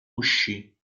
uscì